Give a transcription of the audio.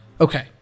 Okay